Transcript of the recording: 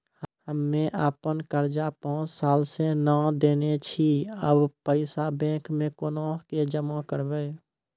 हम्मे आपन कर्जा पांच साल से न देने छी अब पैसा बैंक मे कोना के जमा करबै?